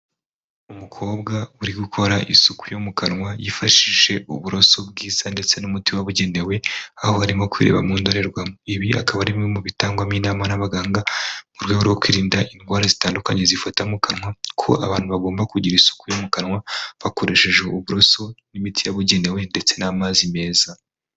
Umukobwa uri gukora isuku yo mu kanwa yifashishije uburoso bwiza ndetse n'umuti wabugenewe aho harimo kwireba mu ndorerwamo, ibi akaba ari bimwe mu bitangwamo inama n'abaganga mu rwego rwo kwirinda indwara zitandukanye zifata mu kanwa aho abantu bagomba kugira isuku yo mu kanwa bakoresheje uburoso n'imiti yabugenewe ndetse n'amazi meza.